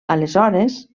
aleshores